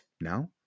Now